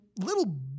little